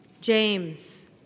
James